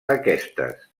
aquestes